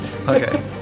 Okay